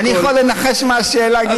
אני יכול לנחש מה השאלה?